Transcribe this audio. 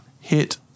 hit